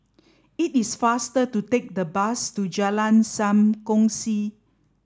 it is faster to take the bus to Jalan Sam Kongsi